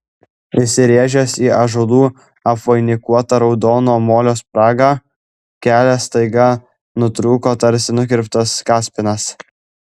įsirėžęs į ąžuolų apvainikuotą raudono molio spragą kelias staiga nutrūko tarsi nukirptas kaspinas